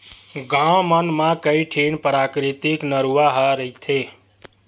गाँव मन म कइठन पराकिरितिक नरूवा ह रहिथे